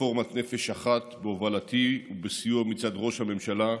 רפורמת "נפש אחת", בהובלתי ובסיוע מצד ראש הממשלה,